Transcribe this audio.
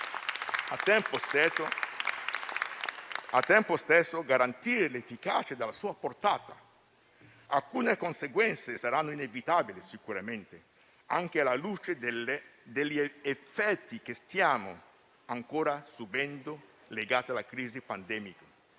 al tempo stesso, garantire l'efficacia della sua portata. Alcune conseguenze saranno certamente inevitabili, anche alla luce degli effetti che stiamo ancora subendo legati alla crisi pandemica.